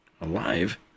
Alive